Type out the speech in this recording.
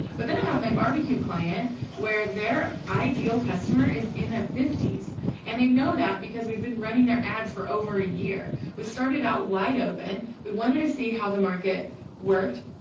but then i have my barbecue client where their ideal. customer is in their fifties and they know that because. we've been running their ads for over a year. we started out wide open. we wanted to see how the. market worked.